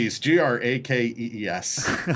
G-R-A-K-E-E-S